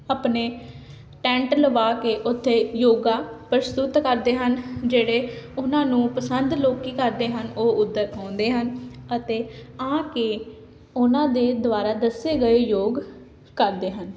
ਆਪਣੇ ਟੈਂਟ ਲਵਾ ਕੇ ਉੱਥੇ ਯੋਗਾ ਪ੍ਰਸਤੁਤ ਕਰਦੇ ਹਨ ਜਿਹੜੇ ਉਹਨਾਂ ਨੂੰ ਪਸੰਦ ਲੋਕ ਕਰਦੇ ਹਨ ਉਹ ਉੱਧਰ ਆਉਂਦੇ ਹਨ ਅਤੇ ਆ ਕੇ ਉਹਨਾਂ ਦੇ ਦੁਆਰਾ ਦੱਸੇ ਗਏ ਯੋਗ ਕਰਦੇ ਹਨ